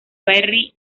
barry